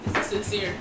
Sincere